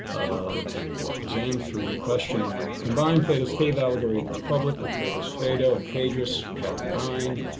of exam three, question one. combine plato's cave allegory in the republic with plato's phaedo and phaedrus, from chapter nine